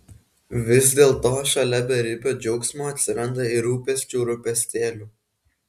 vis dėlto šalia beribio džiaugsmo atsiranda ir rūpesčių rūpestėlių